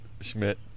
Schmidt